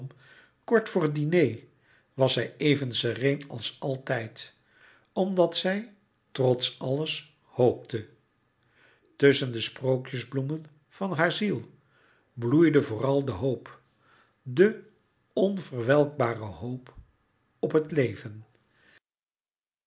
kort voor het diner was zij even sereen als altijd omdat zij trots alles hoopte tusschen de sprookjesbloemen van haar ziel bloeide vooral de hoop de onverwelkbare hoop op het leven